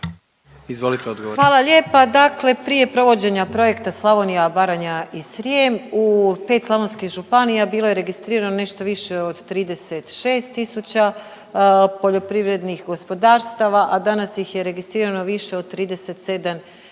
Marija (HDZ)** Hvala lijepa. Dakle prije provođenja projekta Slavonija, Baranja i Srijem, u 5 slavonskih županija bilo je registrirano nešto više od 36 tisuća poljoprivrednih gospodarstava, a danas ih je registrirano više od 37,5